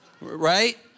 Right